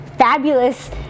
Fabulous